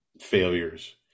failures